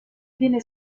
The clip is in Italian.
viene